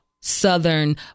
southern